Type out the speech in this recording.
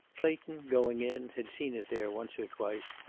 clayton, going in, had seen it there once or twice,